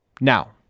Now